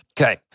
Okay